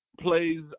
plays